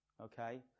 Okay